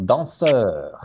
Danseur